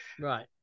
Right